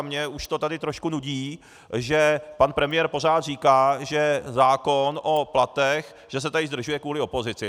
Mě už to tady trošku nudí, že pan premiér pořád říká, že zákon o platech se tady zdržuje kvůli opozici.